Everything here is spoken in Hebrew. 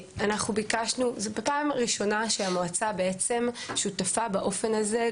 זאת הפעם הראשונה שהמועצה שותפה באופן הזה.